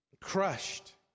Crushed